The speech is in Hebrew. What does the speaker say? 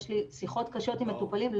יש לי שיחות קשות עם מטופלים,